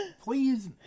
please